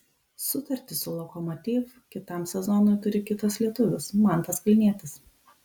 sutartį su lokomotiv kitam sezonui turi kitas lietuvis mantas kalnietis